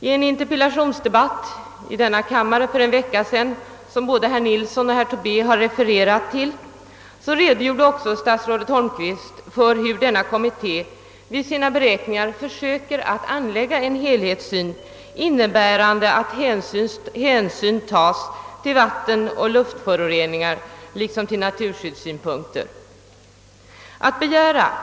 I en interpellationsdebatt i denna kammare för en vecka sedan, som både herr Nilsson i Agnäs och herr Tobé refererat till, redogjorde statsrådet Holmqvist för hur denna kommitté vid sina beräkningar försöker att anlägga en helhetssyn, innebärande att hänsyn tas till vattenoch luftföroreningar, liksom till naturskyddssynpunkter.